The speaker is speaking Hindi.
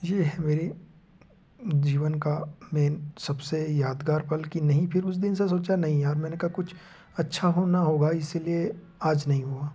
ये है मेरे जीवन का मेन सबसे यादगार पल कि नहीं फिर उस दिन से सोचा नहीं यार मैंने कहा कुछ अच्छा हो ना हो भाई इसीलिए आज नहीं हुआ